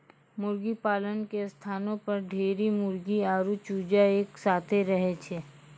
मुर्गीपालन के स्थानो पर ढेरी मुर्गी आरु चूजा एक साथै रहै छै